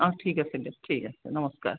অঁ ঠিক আছে দিয়ক ঠিক আছে নমস্কাৰ